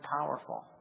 powerful